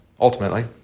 Ultimately